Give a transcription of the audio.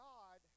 God